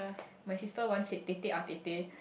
my sister once said tetek ah tete